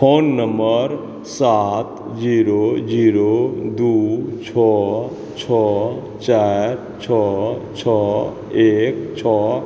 phone number सात zero zero दू छओ छओ चारि छओ छओ एक छओ